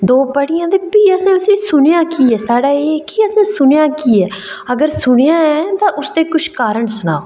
ते दो पढियां ते भी असें उसी सुनेआ कि साढ़ा एह् ऐ कि असें सुनेआ की ऐ अगर सुनेआ ऐ तां उसदे किश कारण सनाओ